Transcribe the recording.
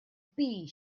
bee